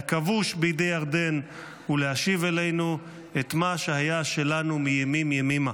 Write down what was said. כבוש בידי ירדן ולהשיב אלינו את מה שהיה שלנו מימים ימימה.